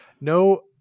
No